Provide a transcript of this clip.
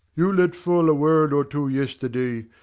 you let fall a word or two yesterday,